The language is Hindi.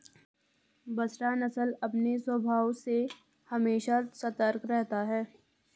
बसरा नस्ल अपने स्वभाव से हमेशा सतर्क रहता है